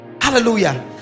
Hallelujah